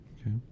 Okay